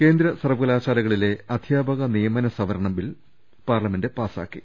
കേന്ദ്ര സർവ്വകലാശാലകളിലെ അധ്യാപ്ക് നിയ്മന സംവരണ ബിൽ പാർലമെന്റ് പാസ്സാക്കി